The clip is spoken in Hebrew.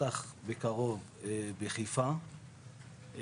שייפתח בקרוב בחיפה,